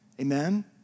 Amen